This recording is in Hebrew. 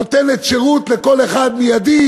נותנת שירות לכל אחד מייד,